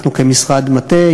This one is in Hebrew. אנחנו כמשרד מטה,